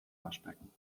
waschbecken